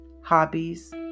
hobbies